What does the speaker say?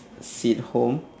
sit home